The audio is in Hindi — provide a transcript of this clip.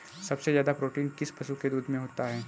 सबसे ज्यादा प्रोटीन किस पशु के दूध में होता है?